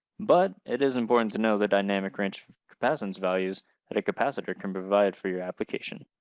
but it is important to know the dynamic range of capacitance values that a capacitor can provide for your application.